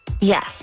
Yes